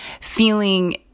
feeling